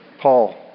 paul